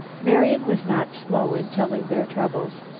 marian was not slow in telling their troubles.